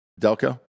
Delco